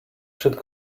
should